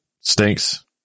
stinks